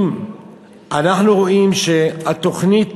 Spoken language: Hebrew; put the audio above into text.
אם אנחנו רואים בתוכנית